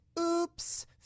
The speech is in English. Oops